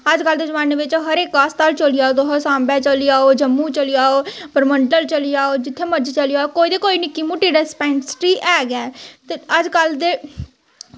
अज्जकल दे जमानै च तुस हर इक्क अस्पताल चली जाओ तुस जां तुस सांबा चली जाओ जम्मू चली जाओ परमंडल चली जाओ जित्थें मर्ज़ी चली जाओ कोई ना कोई निक्की मुट्टी डिस्पेंसरी ते ऐ गै ऐ ते अज्जकल दे